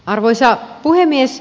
arvoisa puhemies